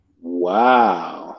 Wow